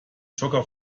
jogger